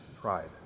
pride